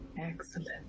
Excellent